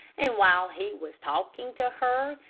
and while he was talking to her,